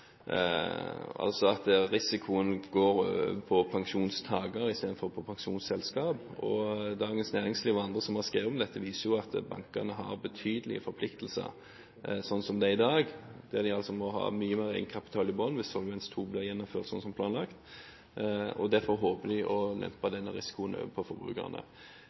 altså at risikoen går over på pensjonsmottaker i stedet for på pensjonsselskap. Dagens Næringsliv og andre som har skrevet om dette, viser at bankene har betydelige forpliktelser slik det er i dag, der de altså må ha mye mer egenkapital i bunnen hvis Solvens II blir gjennomført som planlagt, og derfor håper de å lempe denne risikoen over på forbrukerne.